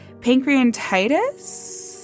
Pancreatitis